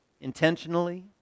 intentionally